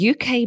UK